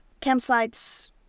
campsites